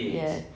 ya